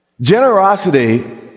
generosity